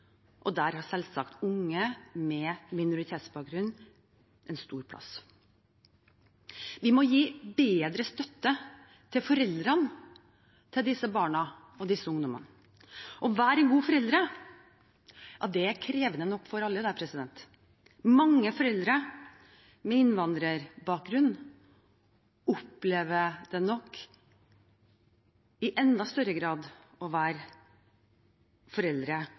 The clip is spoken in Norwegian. og der har selvsagt unge med minoritetsbakgrunn en stor plass. Vi må gi bedre støtte til foreldrene til disse barna og ungdommene. Å være en god forelder er krevende nok for alle. Mange foreldre med innvandrerbakgrunn opplever nok det i enda større grad som foreldre